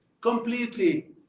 completely